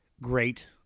great